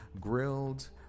grilled